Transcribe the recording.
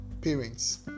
parents